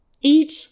eat